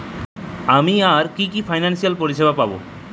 আমি আর কি কি ফিনান্সসিয়াল পরিষেবা পাব?